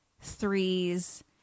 threes